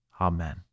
amen